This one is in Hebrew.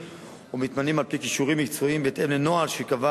ומתמנים על-פי כישורים מקצועיים בהתאם לנוהל שקבע